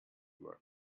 work